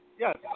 yes